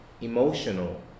emotional